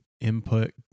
input